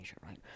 right